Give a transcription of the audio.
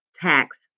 tax